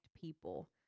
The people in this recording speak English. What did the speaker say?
people